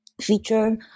feature